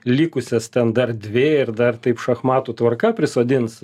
likusias ten dar dvi ir dar taip šachmatų tvarka prisodins